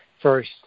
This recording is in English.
first